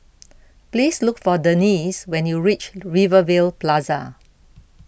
please look for Denese when you reach Rivervale Plaza